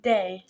Day